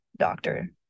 doctor